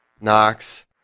Knox